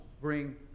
bring